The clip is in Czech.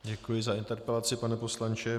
Děkuji za interpelaci, pane poslanče.